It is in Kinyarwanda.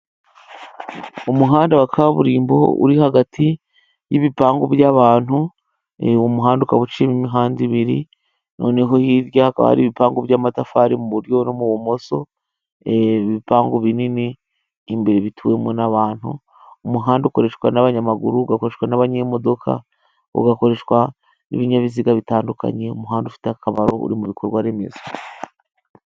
Umuhanda wa kaburimbo uri hagati y'ibipangu by'abantu . Umuhanda ukaba uciyemo imihanda ibiri noneho hirya ha akaba hari ibipangu by'amatafari I buryo n'ibumoso. Ibipangu binini imbere bituwemo n'abantu . Umuhanda ukoreshwa n'abanyamaguru ugakoreshwa n'abanyemodoka, ugakoreshwa n'ibinyabiziga bitandukanye . Umuhanda ufite akamaro, uri mu bikorwaremezo.